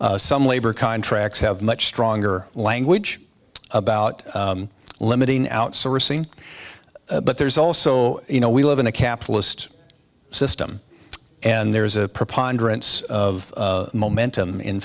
some labor contracts have much stronger language about limiting outsourcing but there's also you know we live in a capitalist system and there's a preponderance of momentum in